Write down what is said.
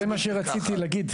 לא בבת אחת.